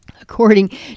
According